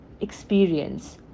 experience